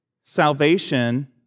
salvation